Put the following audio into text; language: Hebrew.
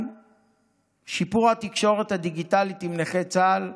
שיפור התקשורת הדיגיטלית עם נכי צה"ל,